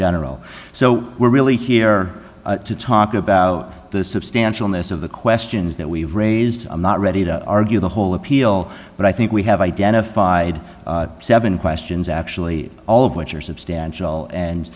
general so we're really here to talk about the substantial ness of the questions that we've raised i'm not ready to argue the whole appeal but i think we have identified seven questions actually all of which are substantial and